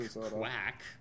quack